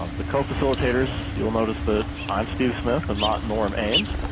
um the co-facilitators. you'll notice that i'm steve smith and not norm ames.